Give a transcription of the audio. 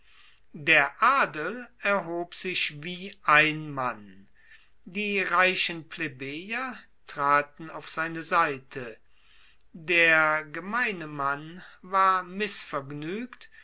der adel erhob sich wie ein mann die reichen plebejer traten auf seine seite der gemeine mann war